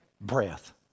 Breath